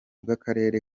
bw’akarere